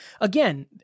Again